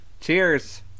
cheers